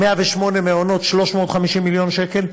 108 מעונות, 350 מיליון שקל,